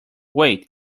wait